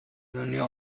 دنیا